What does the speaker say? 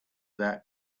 that